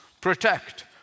protect